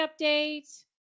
update